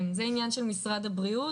זה עניין של משרד הבריאות,